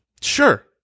Sure